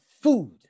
food